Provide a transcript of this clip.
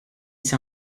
ici